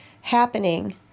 happening